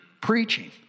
Preaching